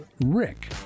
rick